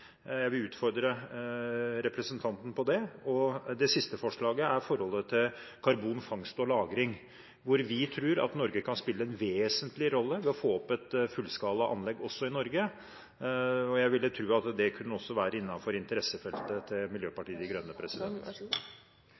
Jeg vil utfordre representanten på det. Det siste forslaget er forholdet til karbonfangst og -lagring, hvor vi tror at Norge kan spille en vesentlig rolle for å få opp et fullskalaanlegg også i Norge. Jeg ville tro at også det kunne være innenfor interessefeltet til Miljøpartiet De Grønne.